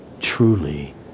truly